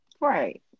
Right